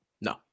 No